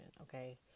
okay